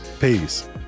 peace